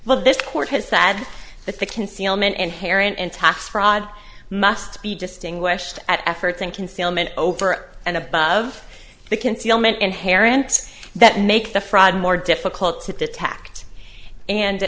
well this court has said that the concealment inherent in tax fraud must be distinguished at efforts and concealment over and above the concealment inherent that make the fraud more difficult to detect and